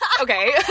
okay